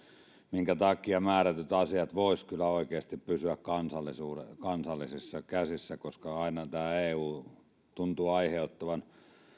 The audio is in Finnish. minkä takia määrätyt asiat voisivat kyllä oikeasti pysyä kansallisissa käsissä koska tämä eu tuntuu aiheuttavan